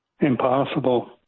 impossible